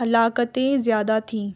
ہلاکتیں زیادہ تھیں